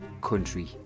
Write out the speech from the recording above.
country